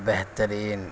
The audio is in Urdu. بہترین